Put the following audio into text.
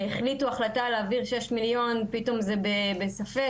החליטו החלטה להעביר ששש מיליון פתאום זה בספק,